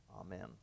Amen